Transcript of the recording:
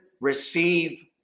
receive